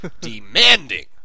demanding